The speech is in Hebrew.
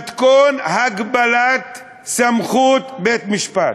מתכון הגבלת סמכות בית-משפט,